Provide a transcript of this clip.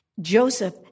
Joseph